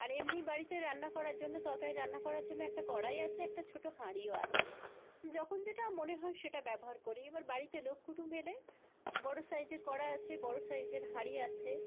আর এমনি বাড়িতে রান্না করার জন্য তরকারি রান্না করার জন্য একটা কড়াই আছে একটা ছোটো হাঁড়িও আছে যখন যেটা মনে হয় সেটা ব্যবহার করি এবার বাড়িতে লোক কুটুম এলে বড়ো সাইজের কড়া আছে বড়ো সাইজের হাঁড়ি আছে